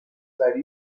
were